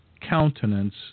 countenance